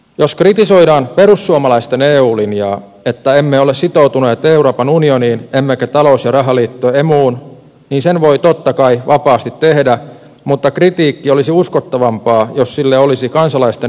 jos kritisoidaan perussuomalaisten eu linjaa että emme ole sitoutuneet euroopan unioniin emmekä talous ja rahaliitto emuun niin sen voi totta kai vapaasti tehdä mutta kritiikki olisi uskottavampaa jos sille olisi kansalaisten enemmistön tuki